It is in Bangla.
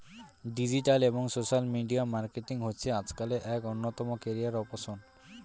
ডিজিটাল এবং সোশ্যাল মিডিয়া মার্কেটিং হচ্ছে আজকালের এক অন্যতম ক্যারিয়ার অপসন